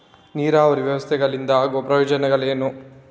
ನೀರಾವರಿ ವ್ಯವಸ್ಥೆಗಳಿಂದ ಆಗುವ ಪ್ರಯೋಜನಗಳೇನು?